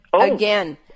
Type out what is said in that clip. again